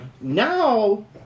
Now